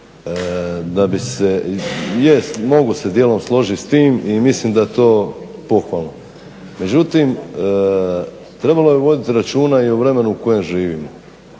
Jest, mogu se dijelom složiti s tim i mislim da je to pohvalno. Međutim, trebalo bi voditi računa i o vremenu u kojem živimo.